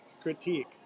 critique